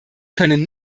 können